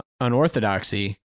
unorthodoxy